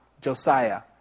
Josiah